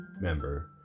member